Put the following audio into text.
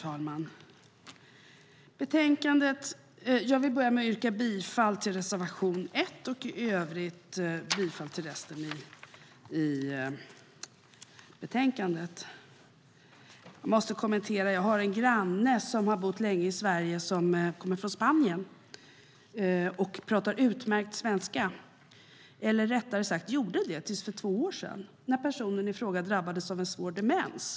Herr talman! Jag vill börja med att yrka bifall till reservation 1 och i övrigt bifall till utskottets förslag i betänkandet. Jag måste kommentera det som sades om tolkar. Jag har en granne som kommer från Spanien, har bott länge i Sverige och talar utmärkt svenska - eller rättare sagt gjorde det tills personen i fråga för två år sedan drabbades av svår demens.